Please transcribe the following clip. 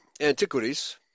Antiquities